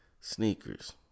Sneakers